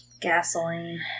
Gasoline